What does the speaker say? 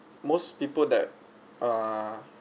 most people that err